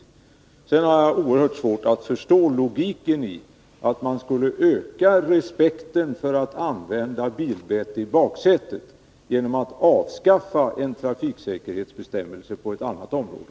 Sedan har jag oerhört svårt att förstå logiken i att man skulle öka respekten för att använda bilbälten i baksätet genom att avskaffa en trafiksäkerhetsbestämmelse på ett annat område.